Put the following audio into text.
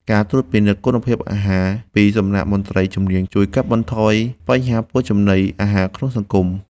ការត្រួតពិនិត្យគុណភាពអាហារពីសំណាក់មន្ត្រីជំនាញជួយកាត់បន្ថយបញ្ហាពុលចំណីអាហារក្នុងសង្គម។